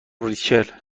ریچل